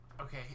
Okay